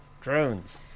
Drones